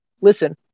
listen